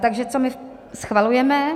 Takže co my schvalujeme?